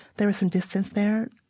there was some distance there.